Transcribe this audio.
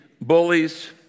bullies